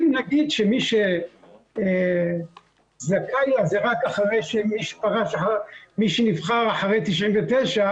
אם נגיד שמי שזכאי לה זה רק מי שנבחר אחרי 99'